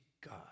God